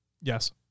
Yes